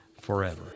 forever